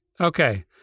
Okay